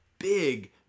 Big